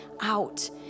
out